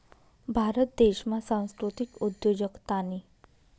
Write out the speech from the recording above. भारत देशमा सांस्कृतिक उद्योजकतानी